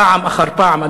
פעם אחר פעם,